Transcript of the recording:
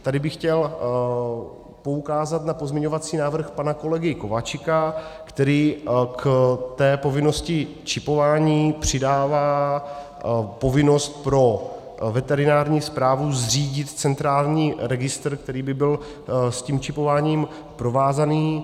Tady bych chtěl poukázat na pozměňovací návrh pana kolegy Kováčika, který k povinnosti čipování přidává povinnost pro veterinární správu zřídit centrální registr, který by byl s čipováním provázaný.